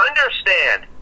understand